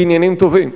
בעניינים טובים.